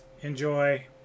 Enjoy